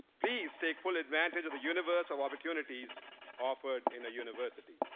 please take full advantage of the universe of opportunities offered in a university.